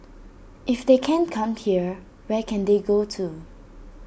if they can't come here where can they go to